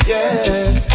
Yes